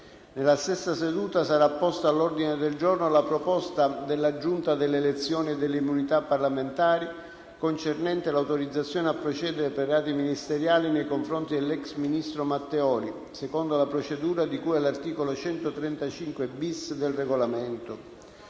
Nella stessa seduta sarà posta all'ordine del giorno la proposta della Giunta delle elezioni e delle immunità parlamentari concernente l'autorizzazione a procedere per reati ministeriali nei confronti dell'ex ministro Matteoli, secondo la procedura di cui all'articolo 135-*bis* del Regolamento.